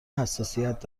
حساسیت